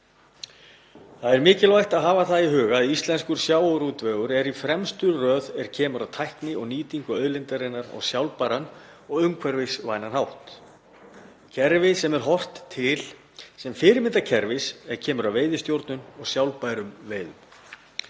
Það er mikilvægt að hafa það í huga að íslenskur sjávarútvegur er í fremstu röð er kemur að tækni og nýtingu auðlindarinnar á sjálfbæran og umhverfisvænan hátt, kerfi sem er horft til sem fyrirmyndarkerfis er kemur að veiðistjórn og sjálfbærum veiðum.